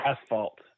Asphalt